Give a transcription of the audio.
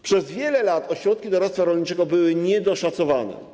Przez wiele lat ośrodki doradztwa rolniczego były niedoszacowane.